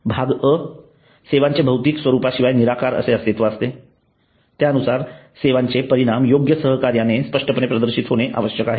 भाग अ सेवांचे भौतिक स्वरूपा शिवाय निराकार असे अस्तित्व असते त्यानुसार सेवांचे परिणाम योग्य सहकार्याने स्पष्टपणे प्रदर्शित होणे आवश्यक आहे